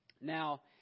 Now